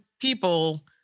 people